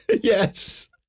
Yes